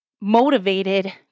motivated